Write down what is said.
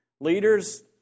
Leaders